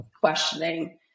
questioning